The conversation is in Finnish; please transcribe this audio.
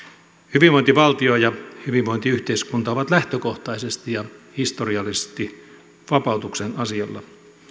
hyvinvointivaltio ja hyvinvointiyhteiskunta ovat lähtökohtaisesti ja historiallisesti vapautuksen asialla